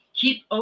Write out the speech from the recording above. keep